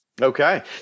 Okay